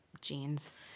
jeans